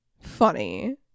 funny